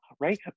right